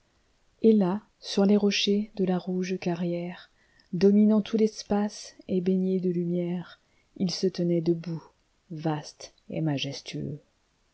et là sur les rochers de la rouge carrière dominant tout l'espace et baigné de lumière il se tenait debout vaste et majestueux